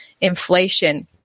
inflation